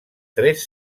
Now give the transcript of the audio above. tres